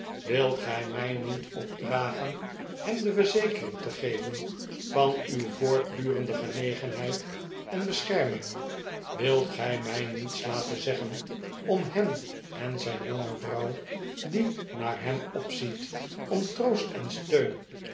wilt gij mij niet opdrageh hem de verzekering te geven van uw voortdurende genegenheid en bescherming wilt gij mij niets laten zeggen om hem en zijn jonge vrouw die naar hem opziet om troost en steun